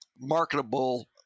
marketable